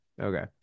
Okay